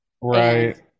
Right